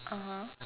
(uh huh)